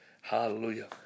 hallelujah